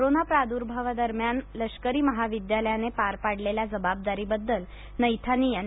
corona प्रादुर्भाव दरम्यान लष्करी महाविद्यालयाने पार पडलेल्या जबाबदारीबद्दल नैथानी यांनी कौतुक केलं